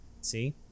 see